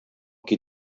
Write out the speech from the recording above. qui